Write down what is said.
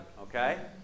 okay